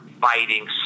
fighting